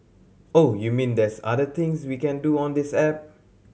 oh you mean there's other things we can do on this app